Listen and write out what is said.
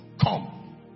Come